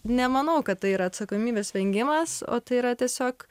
nemanau kad tai yra atsakomybės vengimas o tai yra tiesiog